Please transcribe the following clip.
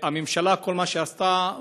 הממשלה, כל מה שעשתה,